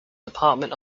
department